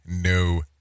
no